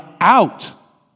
out